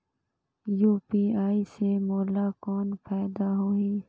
UPI से मोला कौन फायदा होही?